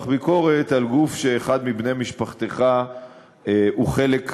ביקורת על גוף שאחד מבני משפחתך הוא חלק ממנו.